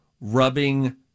rubbing